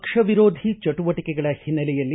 ಪಕ್ಷವಿರೋಧಿ ಚಟುವಟಿಕೆಗಳ ಹಿನ್ನೆಲೆಯಲ್ಲಿ